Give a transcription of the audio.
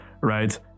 right